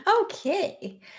okay